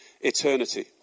eternity